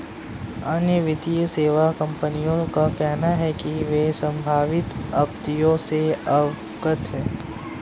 अन्य वित्तीय सेवा कंपनियों का कहना है कि वे संभावित आपत्तियों से अवगत हैं